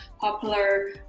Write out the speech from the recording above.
popular